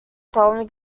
problem